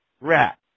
Rat